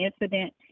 incident